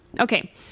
okay